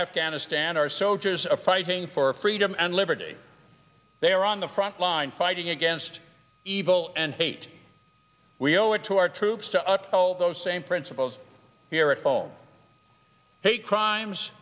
afghanistan our soldiers are fighting for freedom and liberty they are on the front line fighting against evil and hate we owe it to our troops to up those same principles here at home hate crimes